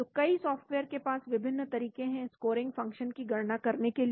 तो कई सॉफ्टवेयर के पास विभिन्न तरीके हैं स्कोरिंग फंक्शन की गणना करने के लिए